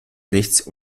lichts